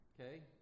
Okay